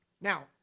Now